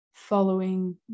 following